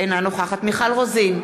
אינה נוכחת מיכל רוזין,